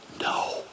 no